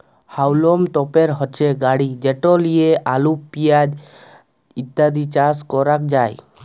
হাউলম তপের হচ্যে গাড়ি যেট লিয়ে আলু, পেঁয়াজ ইত্যাদি চাস ক্যরাক যায়